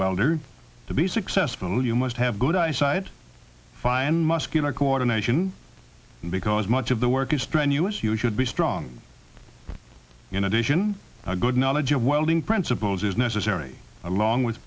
welder to be successful you must have good eyesight fine muscular coordination because much of the work is strenuous you should be strong in addition a good knowledge of welding principles is necessary along with